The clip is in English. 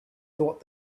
thought